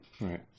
Right